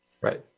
Right